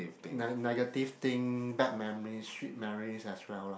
ne~ negative thing bad memory shit memories as well lah